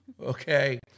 okay